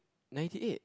ninety eight